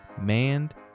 manned